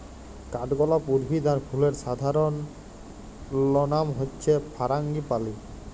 কাঠগলাপ উদ্ভিদ আর ফুলের সাধারণলনাম হচ্যে ফারাঙ্গিপালি